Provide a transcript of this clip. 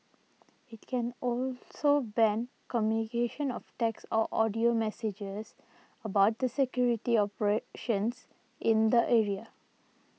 it can also ban communication of text or audio messages about the security operations in the area